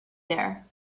there